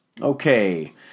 Okay